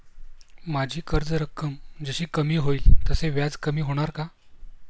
माझी कर्ज रक्कम जशी कमी होईल तसे व्याज कमी होणार का?